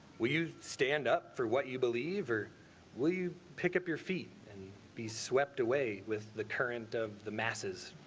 will you stand up for what you believe or will you pick up your feet and be swept away with the current of the masses.